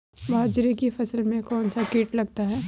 बाजरे की फसल में कौन सा कीट लगता है?